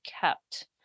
kept